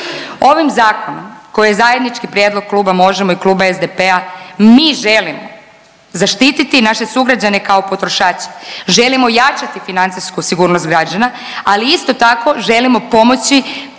Ovim zakonom koji je zajednički prijedlog Kluba Možemo! i Kluba SDP-a, mi želimo zaštititi naše sugrađane kao potrošače, želimo jačati financijsku sigurnost građana, ali isto tako, želimo pomoći